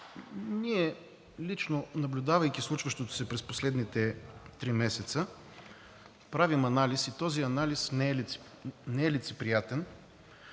ние лично, наблюдавайки случващото се през последните три месеца, правим анализ и този анализ не е лицеприятен,